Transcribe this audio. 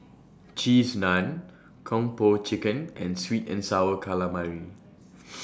Cheese Naan Kung Po Chicken and Sweet and Sour Calamari